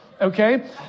okay